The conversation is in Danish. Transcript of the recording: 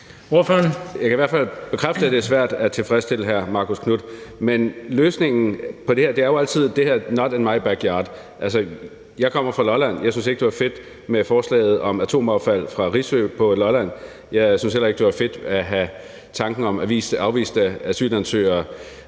Jeg kan i hvert fald bekræfte, at det er svært at tilfredsstille hr. Marcus Knuth. Men i forhold til løsningen på det her er der jo altid det med: not in my backyard. Altså, jeg kommer fra Lolland, og jeg synes ikke, det var fedt med forslaget om atomaffald fra Risø på Lolland. Jeg synes heller ikke, det var fedt med tankerne om at skulle